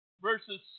verses